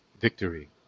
victory